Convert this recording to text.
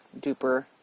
duper